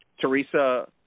Teresa